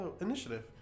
initiative